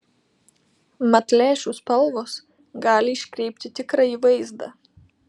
mat lęšių spalvos gali iškreipti tikrąjį vaizdą